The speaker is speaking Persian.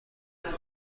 قرار